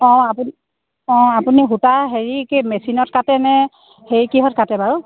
অ' আপুনি অ' আপুনি সূতা হেৰি কি মেচিনত কাটে নে হেৰি কিহত কাটে বাৰু